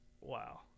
wow